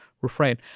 refrain